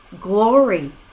Glory